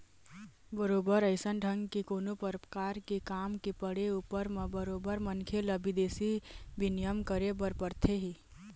बरोबर अइसन ढंग के कोनो परकार के काम के पड़े ऊपर म बरोबर मनखे ल बिदेशी बिनिमय करे बर परथे ही